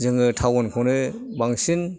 जोङो थाउनखौनो बांसिन